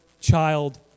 child